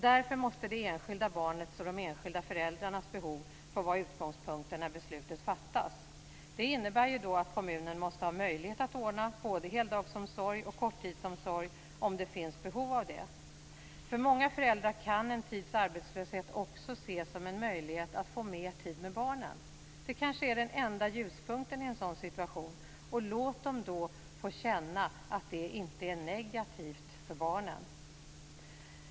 Därför måste det enskilda barnets och de enskilda föräldrarnas behov vara utgångspunkten när beslutet fattas. Det innebär att kommunen måste ha möjlighet att ordna både heldagsomsorg och korttidsomsorg om det finns behov av det. För många föräldrar kan en tids arbetslöshet också ses som en möjlighet att få mer tid med barnen. Det kanske är den enda ljuspunkten i en sådan situation. Låt dem få känna att det inte är negativt för barnen.